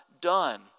done